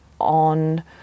on